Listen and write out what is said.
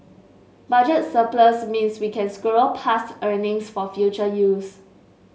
budget surplus means we can squirrel past earnings for future use